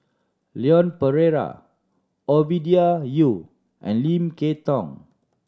Leon Perera Ovidia Yu and Lim Kay Tong